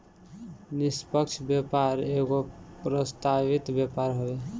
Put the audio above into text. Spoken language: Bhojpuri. निष्पक्ष व्यापार एगो प्रस्तावित व्यापार हवे